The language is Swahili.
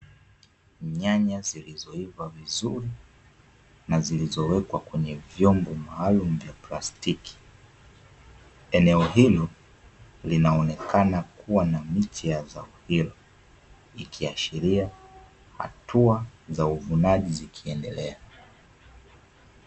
Nyanya zilizoiva vizuri na zilizowekwa kwenye vyombo maalumu vya plastiki. Eneo hilo linaonekana kuwa na miche ya zao hilo, ikiashiria hatua za uvunaji zikiendelea.